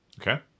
Okay